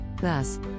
Thus